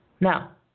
Now